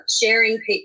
sharing